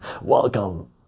welcome